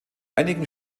einigen